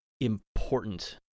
important